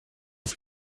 ganz